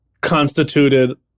constituted